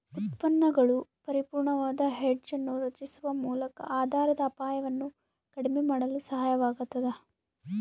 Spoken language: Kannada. ಉತ್ಪನ್ನಗಳು ಪರಿಪೂರ್ಣವಾದ ಹೆಡ್ಜ್ ಅನ್ನು ರಚಿಸುವ ಮೂಲಕ ಆಧಾರದ ಅಪಾಯವನ್ನು ಕಡಿಮೆ ಮಾಡಲು ಸಹಾಯವಾಗತದ